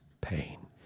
pain